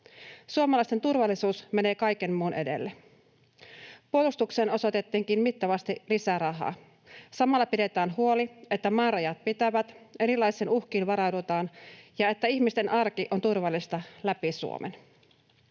Suomalaisten turvallisuus menee kaiken muun edelle. Puolustukseen osoitettiinkin mittavasti lisärahaa. Samalla pidetään huoli, että maarajat pitävät, erilaisiin uhkiin varaudutaan ja että ihmisten arki on turvallista läpi Suomen.